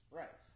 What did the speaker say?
right